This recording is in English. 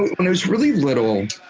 when i was really little,